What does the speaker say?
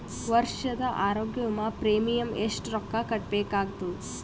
ವರ್ಷದ ಆರೋಗ್ಯ ವಿಮಾ ಪ್ರೀಮಿಯಂ ಎಷ್ಟ ರೊಕ್ಕ ಕಟ್ಟಬೇಕಾಗತದ?